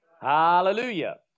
Hallelujah